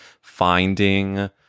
finding